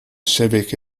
civic